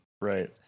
Right